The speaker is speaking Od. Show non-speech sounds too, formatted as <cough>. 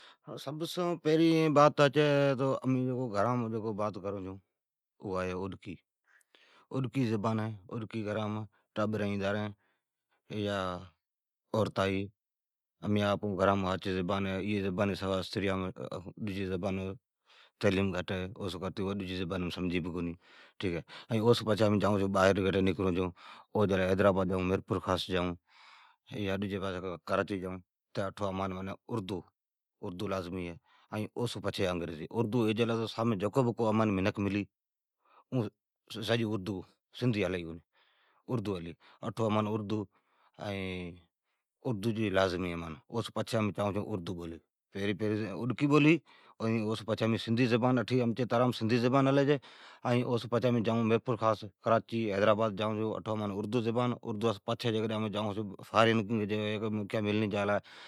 سب سون پھرین بات ھچ ہے۔ تو امین جکو گھرام بات کرون چھون اوا ہے اوڈکی۔ اوڈکی زبان ہے، گھرام ٹابرین ہی یا عورتا ہی یا امین آپ ھون او سوا ڈجی زبانی جی استریان <hesitation> تعلیم گھٹ ہے، ائین تو اوا ڈجی زبانیم سمجھی بھی کونی، ٹھیک ہے۔ ائین اوسون پچھی امین کٹھی جائون چھون بھراڑی کٹھی نکرون چھون، حیدرآباد جائون، میرپورخاص جائون یا کٹھی کراچی جائون اٹھو امان اردو لازمی ھی ائین اوسون پچھی انگریزی۔ اردو اوجیلی تو امان جکو بھی سامین منکھ ملی اون اردو سندھی ھلی ئی کونی اردو ھلی اردو لازمی ہے امان۔ اونسون پچھی، پھرین پھرین اوڈکی اوسون پچھی امچی ترام سندھی بولی ھلی چھی ائین اوسون پچھی امین میرپور خاص، حیدرآباد، کراچی، جائون اٹھو اردو بولی ھلی چھیائ۔ ین اوسون پچھی فارین جانری جا جیکڈھن موکیہ میلنی جالا ،